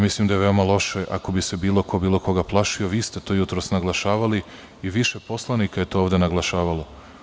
Mislim da je veoma loše ako bi se bilo ko bilo koga plašio, vi ste to jutros naglašavali i više poslanika je to ovde naglašavalo.